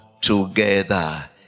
together